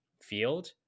field